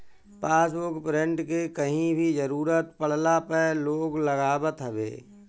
passbook print के कहीं भी जरुरत पड़ला पअ लोग लगावत हवे